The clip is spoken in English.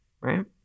right